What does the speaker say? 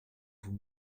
vous